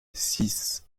six